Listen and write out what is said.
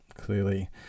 Clearly